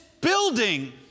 building